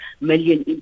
million